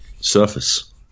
surface